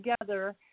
together